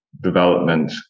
development